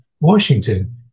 Washington